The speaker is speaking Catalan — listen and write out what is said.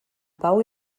pau